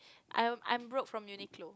I'm I'm broke from Uniqlo